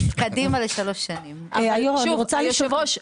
היושב ראש,